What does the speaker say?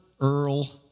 Earl